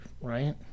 right